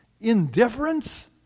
indifference